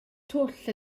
twll